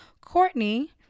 Courtney